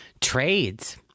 trades